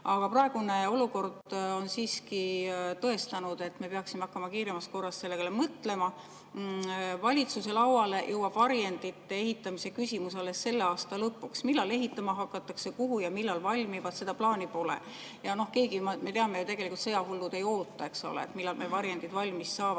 Praegune olukord on siiski tõestanud, et me peaksime hakkama kiiremas korras selle peale mõtlema. Valitsuse lauale jõuab varjendite ehitamise küsimus alles selle aasta lõpuks. Millal neid ehitama hakatakse, kuhu [need ehitatakse] ja millal valmivad, seda plaani pole. Me teame ju tegelikult, et sõjahullud ei oota, millal meie varjendid valmis saavad.